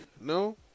No